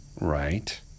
right